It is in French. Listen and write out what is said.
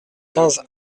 quinze